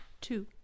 Two